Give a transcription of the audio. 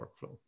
workflow